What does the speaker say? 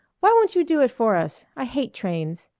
why won't you do it for us? i hate trains.